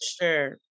Sure